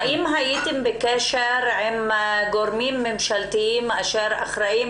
האם הייתם בקשר עם גורמים ממשלתיים אשר אחראים